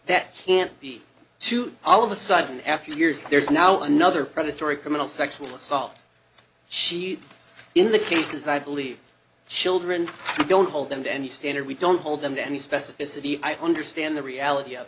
that can't be to all of a sudden after years there's now another predatory criminal sexual assault she in the cases i believe children don't hold them to any standard we don't hold them to any specificity i understand the reality of